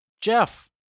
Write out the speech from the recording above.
Jeff